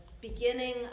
beginning